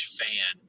fan